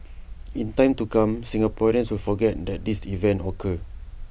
in time to come Singaporeans will forget that this event occur